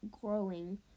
growing